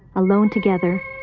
alone together,